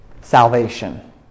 salvation